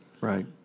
right